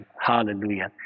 Hallelujah